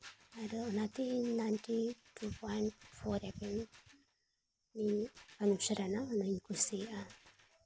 ᱟᱨ ᱚᱱᱟᱛᱮ ᱤᱧ ninety two point four FM ᱫᱚ ᱟᱹᱰᱤ ᱪᱮᱨᱦᱟ ᱚᱱᱟᱧ ᱠᱩᱥᱤᱭᱟᱜᱼᱟ